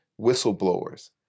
whistleblowers